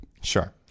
Sure